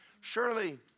Surely